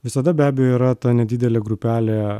visada be abejo yra ta nedidelė grupelė